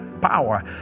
power